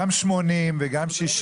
גם 80 וגם 60